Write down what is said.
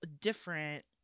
different